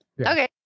Okay